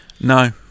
no